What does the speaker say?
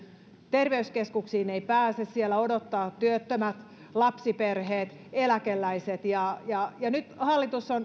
terveyskeskuksiin ei pääse siellä odottavat työttömät lapsiperheet eläkeläiset nyt kun hallitus